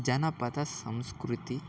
జానపద సంస్కృతి